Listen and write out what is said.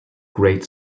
great